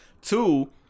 Two